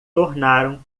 tornam